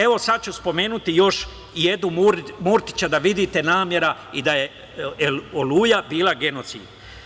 Evo sad ću spomenuti još i Edu Murtića, da vidite nameru i da je "Oluja" bila genocid.